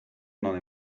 non